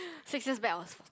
six years back I was